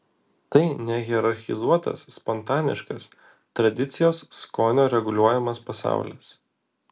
tai nehierarchizuotas spontaniškas tradicijos skonio reguliuojamas pasaulis